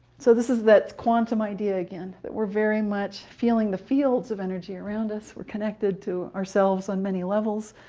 so this is that quantum idea again, that we're very much feeling the fields of energy around us. we're connected to ourselves on many levels.